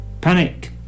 Panic